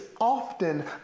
often